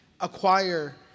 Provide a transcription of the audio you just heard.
acquire